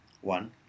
One